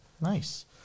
Nice